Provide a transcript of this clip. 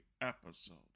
episode